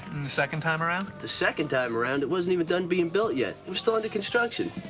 the second time around? the second time around, it wasn't even done being built yet. it was still under construction.